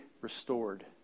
restored